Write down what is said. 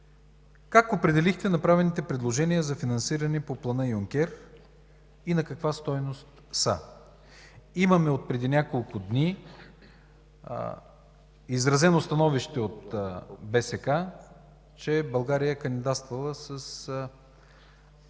как определихте направените предложения за финансиране по Плана Юнкер и на каква стойност са? Имаме отпреди няколко дни изразено становище от БСК, че България кандидатствала с